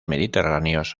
mediterráneos